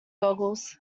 googles